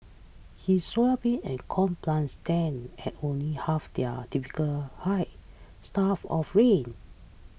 his soybean and corn plants stand at only half their typical height starved of rain